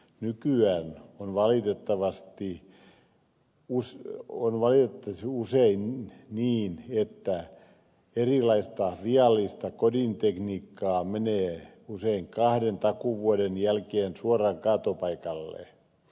nykyään on valitettavasti usein niin että erilaista viallista kodintekniikkaa menee kahden takuuvuoden jälkeen suoraan kaatopaikalle